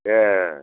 ए